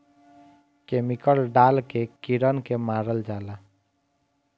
chemical डाल के कीड़न के मारल जाला